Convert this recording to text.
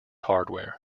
hardware